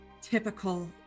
typical